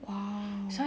!wow!